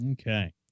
Okay